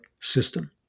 system